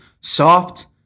soft